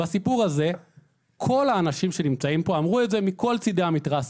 בסיפור הזה כל האנשים שנמצאים כאן אמרו את זה מכל צידי המתרס.